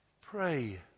Pray